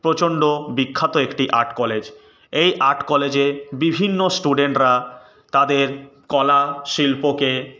প্রচণ্ড বিখ্যাত একটি আর্ট কলেজ এই আর্ট কলেজে বিভিন্ন স্টুডেন্টরা তাদের কলা শিল্পকে